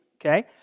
Okay